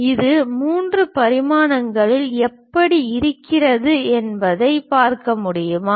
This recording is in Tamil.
இது மூன்று பரிமாணங்களில் எப்படி இருக்கும் என்பதைப் பார்க்க முடியுமா